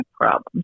problems